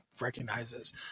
recognizes